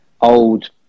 old